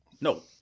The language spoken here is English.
No